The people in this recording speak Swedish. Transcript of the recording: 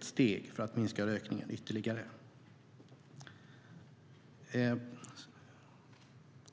steg för att minska rökningen ytterligare.